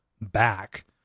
back